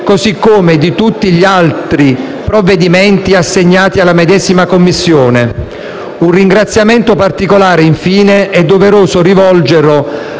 così come di tutti gli altri provvedimenti assegnati alla medesima Commissione. Un ringraziamento particolare, infine, è doveroso rivolgere